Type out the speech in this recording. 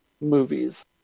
movies